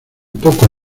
poco